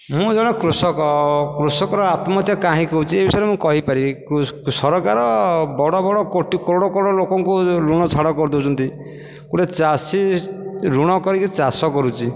ମୁଁ ଜଣେ କୃଷକ କୃଷକର ଆତ୍ମହତ୍ୟା କାହିଁକି ହେଉଛି ଏସବୁ ମୁଁ କହି ପାରିବି କୃଷ ସରକାର ବଡ଼ ବଡ଼ କୋଟି କୋରଡ଼ କୋରଡ଼ ଲୋକଙ୍କୁ ଋଣ ଛାଡ଼ କରି ଦେଉଛନ୍ତି ଗୋଟେ ଚାଷୀ ଋଣ କରିକି ଚାଷ କରୁଛି